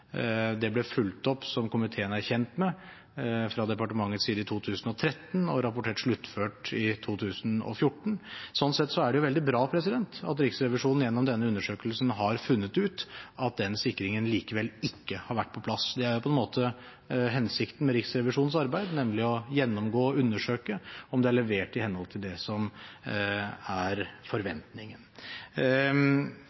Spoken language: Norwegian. som komiteen er kjent med, fulgt opp fra departementets side i 2013 og rapportert sluttført i 2014. Sånn sett er det veldig bra at Riksrevisjonen gjennom denne undersøkelsen har funnet ut at den sikringen likevel ikke har vært på plass. Det er hensikten med Riksrevisjonens arbeid: å gjennomgå og å undersøke om det er levert i henhold til forventningene. Når det